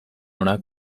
onak